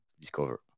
discover